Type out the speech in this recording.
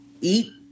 eat